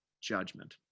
judgment